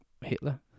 Hitler